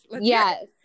yes